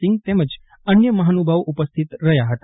સિંઘ તેમજ અન્ય મફાનુભાવો ઉપસ્થિત રહ્યા ફતા